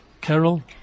Carol